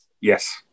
yes